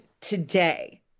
today